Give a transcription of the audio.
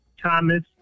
Thomas